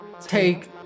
Take